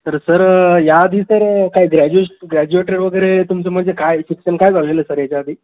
तर सर या आधी सर काय ग्रॅज्युएशन ग्रॅज्युएटर वगैरे तुमचं म्हणजे काय शिक्षण काय झालेलं आहे सर ह्याच्याआधी